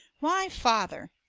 why, father!